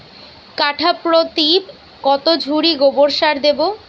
কাঠাপ্রতি কত ঝুড়ি গোবর সার দেবো?